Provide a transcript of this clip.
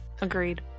agreed